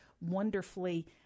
wonderfully